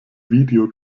video